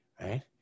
right